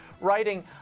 writing